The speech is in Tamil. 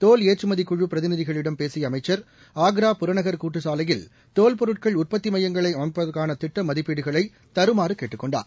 தோல் ஏற்றுமதி குழு பிரதிநிதிகளிடம் பேசிய அமைச்சர் ஆன்ரா புற நகர் கூட்டுச் சாலையில் தோல் பொருட்கள் உற்பத்தி மையங்களை அமைப்பதற்கான திட்ட மதிப்பீடுகளை தருமாறு கேட்டுக் கொண்டார்